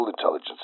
intelligence